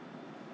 so